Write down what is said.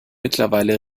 mittlerweile